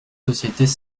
sociétés